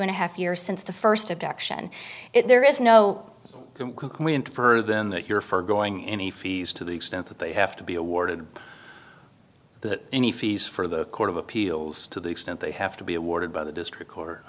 and a half years since the first abduction if there is no further than that your for going any fees to the extent that they have to be awarded that any fees for the court of appeals to the extent they have to be awarded by the district